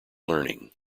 learning